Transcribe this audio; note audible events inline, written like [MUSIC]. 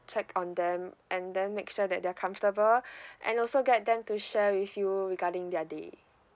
check on them and then make sure that they're comfortable [BREATH] and also get them to share with you regarding their day